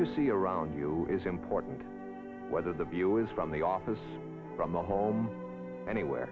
you see around you is important whether the view is from the office from the home anyw